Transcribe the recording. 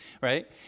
right